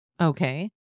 Okay